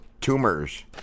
tumors